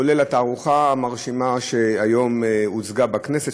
כולל התערוכה המרשימה שהיום הוצגה בכנסת,